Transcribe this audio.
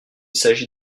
s’agit